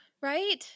Right